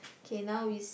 okay now is